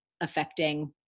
affecting